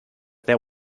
there